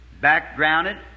backgrounded